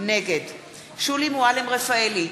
נגד שולי מועלם-רפאלי,